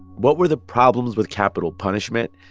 what were the problems with capital punishment?